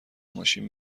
ماشین